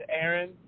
Aaron